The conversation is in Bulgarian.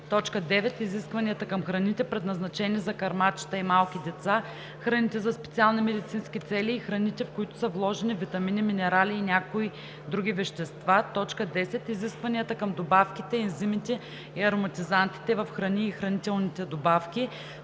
води; 9. изискванията към храните, предназначени за кърмачета и малки деца, храните за специални медицински цели и храните, в които са вложени витамини, минерали и някои други вещества; 10. изискванията към добавките, ензимите и ароматизантите в храни и хранителни добавки;